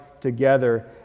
together